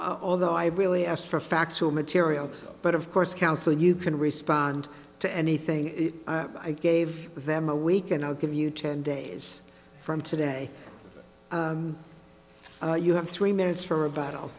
although i really asked for factual material but of course counsel you can respond to anything i gave them a week and i'll give you ten days from today you have three minutes for